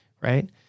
right